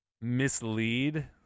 mislead